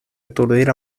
aturdir